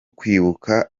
kwibuka